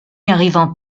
arrivant